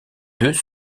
deux